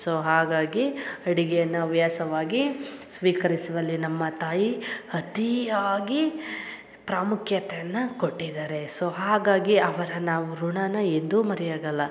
so ಹಾಗಾಗಿ ಅಡಿಗೇನ ಹವ್ಯಾಸವಾಗಿ ಸ್ವೀಕರಿಸುವಲ್ಲಿ ನಮ್ಮ ತಾಯಿ ಅತಿ ಆಗಿ ಪ್ರಾಮುಖ್ಯತೆಯನ್ನ ಕೊಟ್ಟಿದಾರೆ ಸೊ ಹಾಗಾಗಿ ಅವರ ನಾವು ಋಣನ ಎಂದು ಮರಿಯಾಗಲ್ಲ